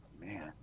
Man